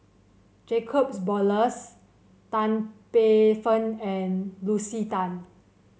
Jacobs Ballas Tan Paey Fern and Lucy Tan